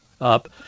up